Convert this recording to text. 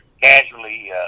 casually